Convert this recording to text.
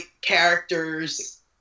characters